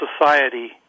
Society